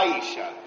Aisha